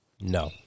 No